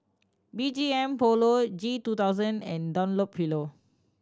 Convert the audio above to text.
B G M Polo G two thousand and Dunlopillo